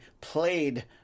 played